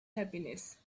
happiness